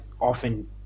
often